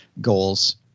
goals